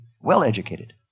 well-educated